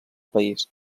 país